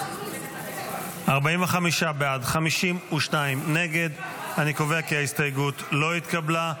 45 בעד, 52 נגד, אני קובע כי ההסתייגות לא התקבלה.